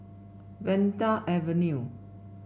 Vanda Avenue